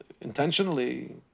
intentionally